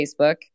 Facebook